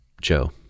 Joe